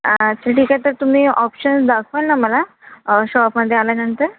actually तर तर तुम्ही ऑप्शन्स दाखवाल ना मला शॉपमध्ये आल्यानंतर